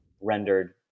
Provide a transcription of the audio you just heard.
rendered